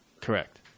Correct